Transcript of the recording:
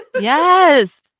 yes